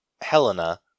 Helena